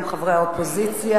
גם חברי האופוזיציה,